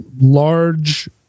large